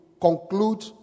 conclude